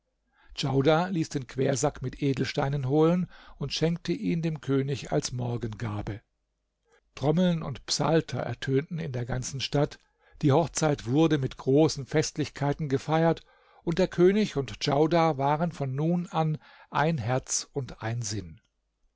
djaudar ließ den quersack mit edelsteinen holen und schenkte ihn dem könig als morgengabe trommeln und psalter ertönten in der ganzen stadt die hochzeit wurde mit großen festlichkeiten gefeiert und der könig und djaudar waren von nun an ein herz und ein sinn